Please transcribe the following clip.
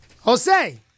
Jose